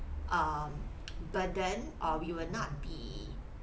um burden or we will not be